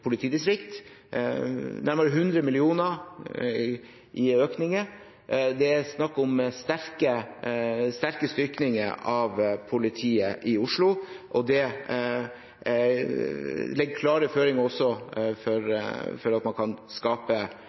politidistrikt og nærmere 100 mill. kr i økninger. Det er snakk om en sterk styrking av politiet i Oslo, og det legger også klare føringer for at man skal skape